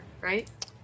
right